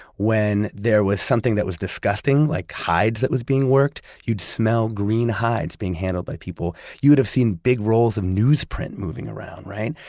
when there was something that was disgusting, like hides that was being worked, you'd smell green hides being handled by people. you would have seen big rolls of newsprint moving around. right?